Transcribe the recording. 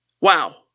Wow